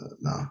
No